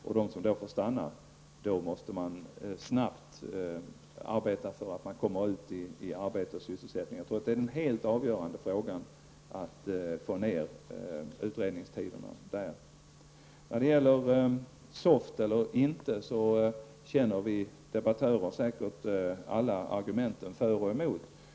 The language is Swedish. Sedan måste man arbeta för att de som får stanna snabbt kommer ut i arbete och sysselsättning. Den helt avgörande frågan är att få ned utredningstiderna. När det gäller införandet av SOFT känner vi debattörer säkert alla argument för och emot.